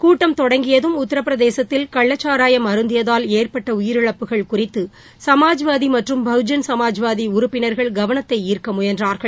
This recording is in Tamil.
கூட்டம் தொடங்கியதும் உத்திரப்பிரதேசத்தில் கள்ளச்சாராயம் அருந்தியதால் ஏற்பட்டஉயிரிழப்புகள் குறித்துசமாஜ்வாதிமற்றும் பகுஜன் சமாஜ்வாதிஉறுப்பினா்கள் கவனத்தைஈ்க்கமுயன்றார்கள்